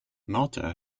malta